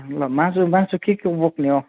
ल मासु मासु केको बोक्ने हो